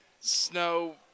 snow